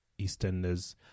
EastEnders